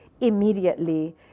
immediately